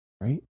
right